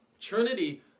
Trinity